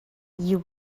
you